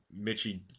Mitchie